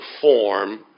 form